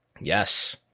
Yes